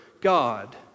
God